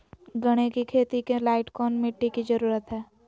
गन्ने की खेती के लाइट कौन मिट्टी की जरूरत है?